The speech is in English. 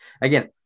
Again